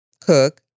cook